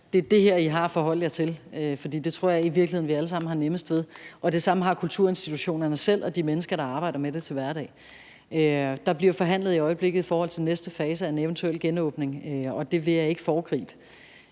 Det er det her, I har at forholde jer til. For det tror jeg i virkeligheden at vi alle sammen har nemmest ved. Og det samme har kulturinstitutionerne selv og de mennesker, der arbejder med det til hverdag. Der bliver forhandlet i øjeblikket i forhold til næste fase af en eventuel genåbning, og det vil jeg ikke foregribe.